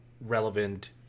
relevant